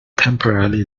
temporarily